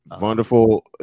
Wonderful